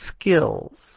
skills